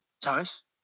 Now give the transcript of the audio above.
¿Sabes